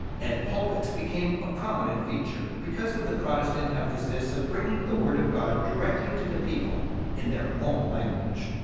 and pulpits became a prominent feature because of the protestant emphasis of bringing the word of god directly to the people in their own language.